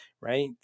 right